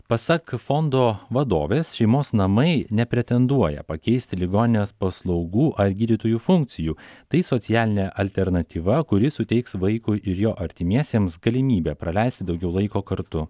pasak fondo vadovės šeimos namai nepretenduoja pakeisti ligoninės paslaugų ar gydytojų funkcijų tai socialinė alternatyva kuri suteiks vaikui ir jo artimiesiems galimybę praleisti daugiau laiko kartu